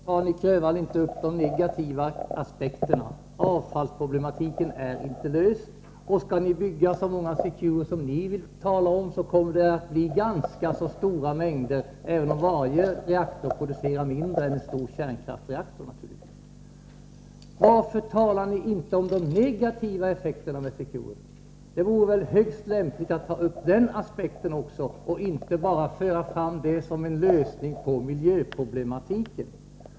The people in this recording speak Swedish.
Herr talman! Fortfarande tar Nic Grönvall inte upp de negativa aspekterna. Avfallsproblematiken är inte löst, och skall man bygga så många Secure som ni vill, kommer det att bli ganska stora mängder, även om varje reaktor naturligtvis producerar mindre än en stor kärnkraftsreaktor. Varför talar ni inte om de negativa effekterna av Secure? Det vore väl högst lämpligt att ta upp även dessa aspekter och inte bara föra fram detta som en lösning på miljöproblematiken.